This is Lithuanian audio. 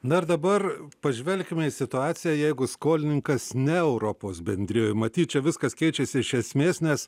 na ir dabar pažvelkime į situaciją jeigu skolininkas ne europos bendrijoj matyt čia viskas keičiasi iš esmės nes